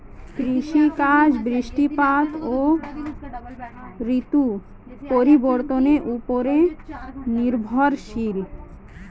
কৃষিকাজ বৃষ্টিপাত ও ঋতু পরিবর্তনের উপর নির্ভরশীল